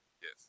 Yes